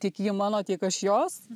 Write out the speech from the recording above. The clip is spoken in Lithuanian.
tiek ji mano tiek aš jos